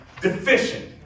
deficient